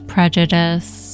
Prejudice